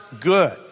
good